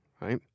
right